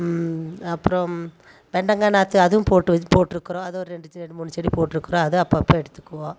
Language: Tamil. அப்புறம் வெண்டைக்காய் நாற்று அதுவும் போட்டு வச்சு போட்டுருக்கிறோம் அதுவும் ரெண்டு மூணு செடி போட்டுருக்கோம் அதை அப்பப்போ எடுத்துக்குவோம்